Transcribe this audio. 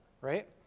right